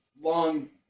long